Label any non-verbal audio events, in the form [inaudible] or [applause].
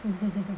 [laughs]